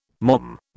Mom